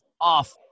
off